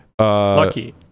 Lucky